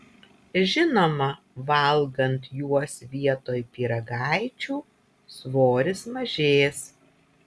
žinoma valgant juos vietoj pyragaičių svoris mažės